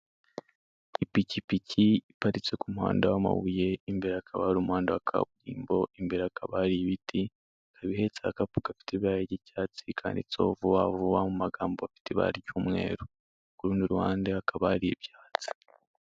Ipikipiki iparitse ku muhanda w'amabuye, imbere hakaba hari umuhanda wa kaburimbo, imbere hakaba hari ibiti, ikaba ihetse agakapu gafite ibara ry'icyatsi kanditseho vuba vuba, mu magambo afite ibara ry'umweru. Ku rundi ruhande hakaba hari ibyatsi.